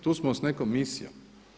Tu smo s nekom misijom.